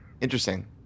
interesting